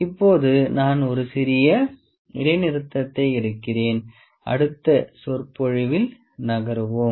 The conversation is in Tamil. இப்போது நான் ஒரு சிறிய இடைநிறுத்தத்தை எடுக்கிறேன் அடுத்த சொற்பொழிவில் நகருவோம்